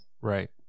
Right